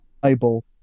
Bible